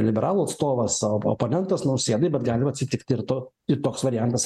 liberalų atstovas sau oponentas nausėdai bet gali atsitikti ir to ir toks variantas